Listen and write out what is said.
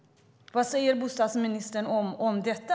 Vad säger bostadsministern om detta?